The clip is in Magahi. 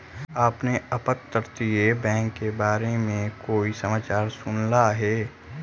आपने अपतटीय बैंक के बारे में कोई समाचार सुनला हे